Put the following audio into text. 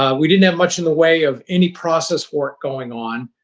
um we didn't have much in the way of any process work going on.